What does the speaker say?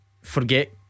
Forget